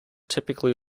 typically